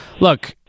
look